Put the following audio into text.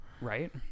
right